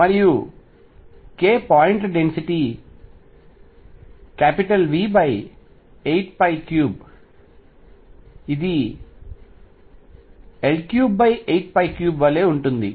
మరియు k పాయింట్ల density V83 ఇది L383 వలె ఉంటుంది